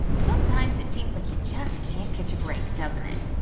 sometimes it seems like you just can't catch a break, doesn't it?